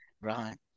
right